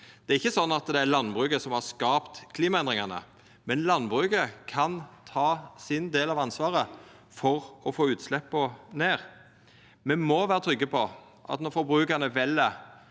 Det er ikkje sånn at det er landbruket som har skapt klimaendringane, men landbruket kan ta sin del av ansvaret for å få utsleppa ned. Me må vera trygge på at når forbrukarane vel